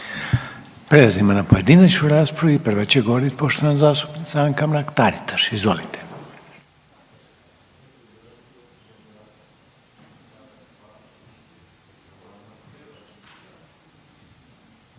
Prelazimo na pojedinačnu raspravu i prva će govoriti poštovana zastupnica Anka Mrak Taritaš. Izvolite.